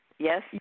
Yes